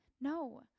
No